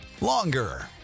longer